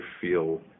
feel